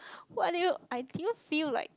what do you I didn't even feel like